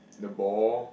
the ball